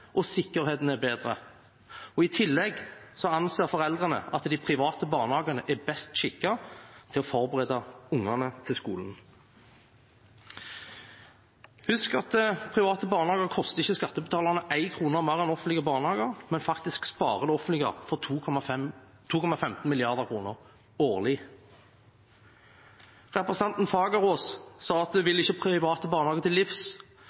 og sikkerheten er bedre. I tillegg anser foreldrene at de private barnehagene er best skikket til å forberede ungene til skolen. Husk at private barnehager ikke koster skattebetalerne 1 krone mer enn offentlige barnehager, men faktisk sparer det offentlige for 2,15 mrd. kr årlig. Representanten Fagerås sa at hun ikke vil de private barnehagene til livs,